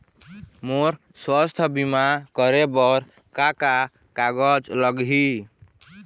मोर स्वस्थ बीमा करे बर का का कागज लगही?